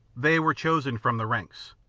they were chosen from the ranks,